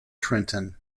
trenton